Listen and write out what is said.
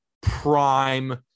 prime